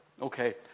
Okay